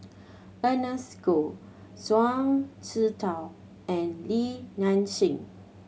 Ernest Goh Zhuang Shengtao and Li Nanxing